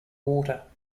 water